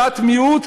דעת מיעוט,